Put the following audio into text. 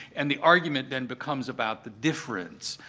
and the argument then becomes about the difference,